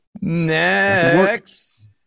Next